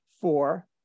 four